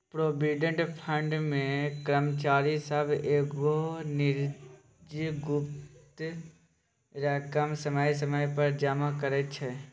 provident fund मे कर्मचारी सब एगो निजगुत रकम समय समय पर जमा करइ छै